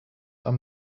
are